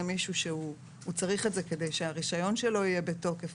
מישהו שהוא צריך את זה כי שהרישיון שלו יהיה בתוקף,